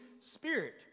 Spirit